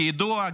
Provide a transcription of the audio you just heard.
כידוע,